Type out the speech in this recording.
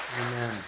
amen